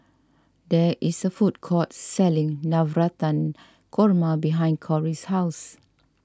there is a food court selling Navratan Korma behind Cory's house